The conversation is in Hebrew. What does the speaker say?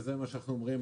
וזה מה שאנחנו אומרים,